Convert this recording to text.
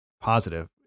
positive